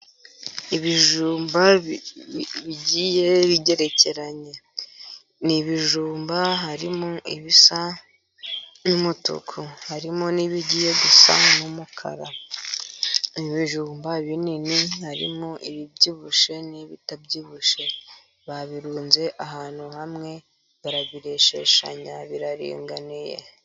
Ibijumba bigiye bigerekeranye, ni ibijumba harimo ibisa n'umutuku, harimo n'ibigiye gusa n'umukara. Ibijumba binini harimo ibibyibushye n'ibitabyibushye babirunze ahantu hamwe barabisheshanya biraringaniye.